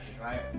right